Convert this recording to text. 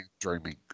dreaming